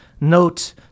note